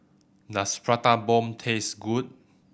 does Prata Bomb taste good